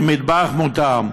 עם מטבח מותאם.